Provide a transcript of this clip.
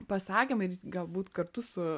pasakėme ir galbūt kartu su